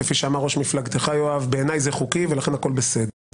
כפי שאמר ראש מפלגתך יואב שבעיניי זה חוקי ולכן הכול בסדר.